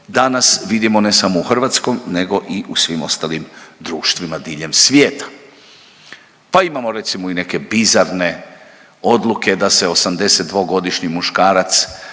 danas vidimo ne samo u hrvatskom nego i u svim ostalim društvima diljem svijeta. Pa imamo recimo i neke bizarne odluke da se 82-godišnji muškarac